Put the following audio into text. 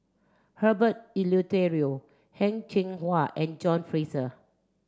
Herbert Eleuterio Heng Cheng Hwa and John Fraser